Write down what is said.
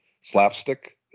slapstick